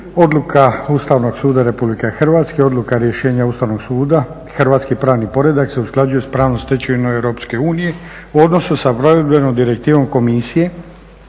odluka Ustavnog suda Republike Hrvatske, odluka rješenja Ustavnog suda i hrvatski pravni poredak se usklađuju sa pravnom stečevinom Europske unije u odnosu sa provedbenom Direktivom Komisije